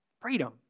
Freedom